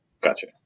Gotcha